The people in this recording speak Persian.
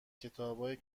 کتابای